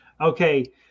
Okay